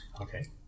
Okay